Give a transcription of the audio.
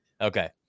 Okay